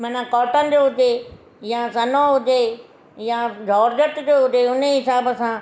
माना कॉटन जो हुजे या सनो हुजे या जॉर्जट जो हुजे त उन ई हिसाब सां